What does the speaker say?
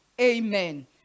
Amen